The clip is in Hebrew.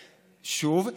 שוב,